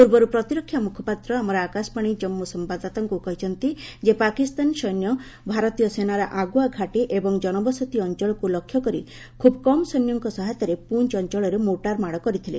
ପୂର୍ବରୁ ପ୍ରତିରକ୍ଷା ମୁଖପାତ୍ର ଆମର ଆକାଶବାଣୀ ଜାନ୍ପୁ ସମ୍ଭାଦଦାତାଙ୍କୁ କହିଛନ୍ତି ଯେ ପାକିସ୍ତାନ ସୈନ୍ୟ ଭାରତୀୟ ସେନାର ଆଗୁଆ ଘାଟି ଏବଂ ଜନବସତି ଅଞ୍ଚଳକୁ ଲକ୍ଷ୍ୟ କରି ଖୁବ୍ କମ୍ ସୈନ୍ୟଙ୍କ ସହାୟତାରେ ପୁଞ୍ ଅଞ୍ଚଳରେ ମୋର୍ଟାର ମାଡ଼ କରିଥିଲେ